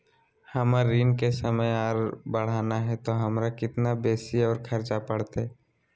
हमर ऋण के समय और बढ़ाना है तो हमरा कितना बेसी और खर्चा बड़तैय?